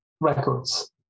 records